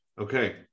Okay